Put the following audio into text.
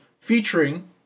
featuring